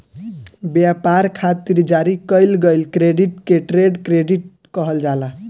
ब्यपार खातिर जारी कईल गईल क्रेडिट के ट्रेड क्रेडिट कहल जाला